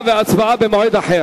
סוכם.